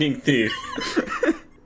Thief